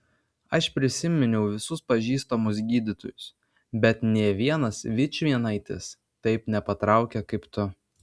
aš prisiminiau visus pažįstamus gydytojus bet nė vienas vičvienaitis taip nepatraukia kaip tu